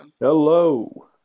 Hello